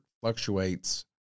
fluctuates